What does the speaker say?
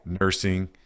nursing